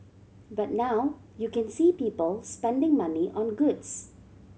but now you can see people spending money on goods